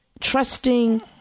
trusting